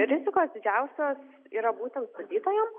rizikos didžiausios yra būtent statytojo